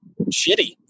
shitty